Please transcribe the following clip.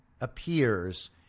appears